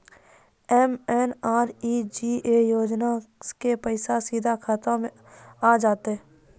MNREGA योजना के पैसा सीधा खाता मे आ जाते?